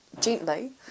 gently